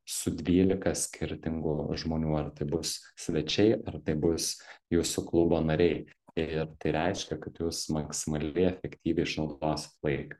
su dvylika skirtingų žmonių ar tai bus svečiai ar tai bus jūsų klubo nariai ir tai reiškia kad jūs maksimaliai efektyviai išnaudosit laiką